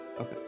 Okay